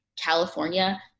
California